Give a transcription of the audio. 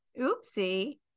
Oopsie